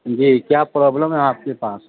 جی کیا پرابلم ہے آپ کے پاس